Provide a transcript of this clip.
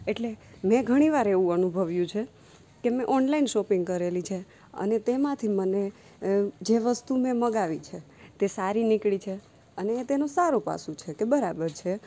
એટલે મે ઘણીવાર એવું અનુભવ્યું છે કે મેં ઓનલાઇન શોપિંગ કરેલી છે અને તેમાંથી મને જે વસ્તુ મેં મગાવી છે તે સારી નીકળી છે અને એ તેનું સારું પાસું છે કે બરાબર છે